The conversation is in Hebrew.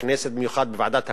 במיוחד בוועדת הפנים.